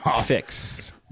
Fix